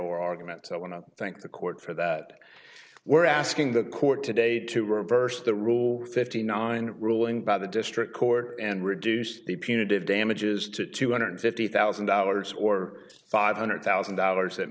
or arguments i want to thank the court for that we're asking the court today to reverse the rule fifty nine ruling by the district court and reduce the punitive damages to two hundred fifty thousand dollars or five hundred thousand dollars at